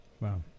Wow